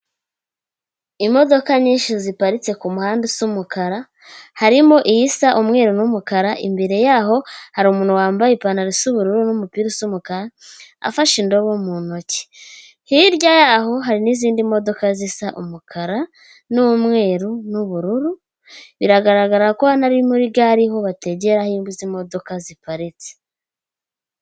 Imodoka nyinshi ziparitse ku muhanda usa umukara, harimo isa umweru n'umukara, imbere yaho hari umuntu wambaye ipantaro y'ubururu n'umupira usa umukara, afashe indobo mu ntoki. Hirya y'aho hari n'izindi modoka zisa umukara n'umweru n'ubururu, biragaragara ko hano ari muri gare, aho bategera, aho izi modoka ziparitse.